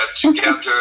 together